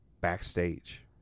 backstage